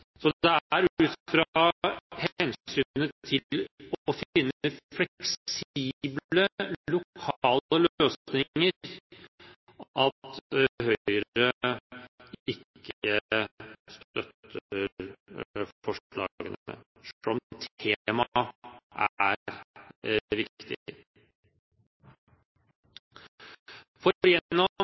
Så det er ut fra hensynet til å finne fleksible lokale løsninger at Høyre ikke støtter forslagene, selv om temaet er